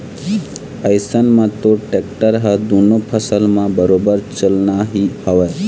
अइसन म तोर टेक्टर ह दुनों फसल म बरोबर चलना ही हवय